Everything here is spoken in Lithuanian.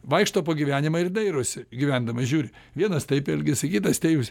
vaikšto po gyvenimą ir dairosi gyvendamas žiūri vienas taip elgiasi kitas taip